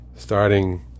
starting